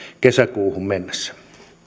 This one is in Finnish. kesäkuuhun mennessä